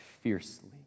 fiercely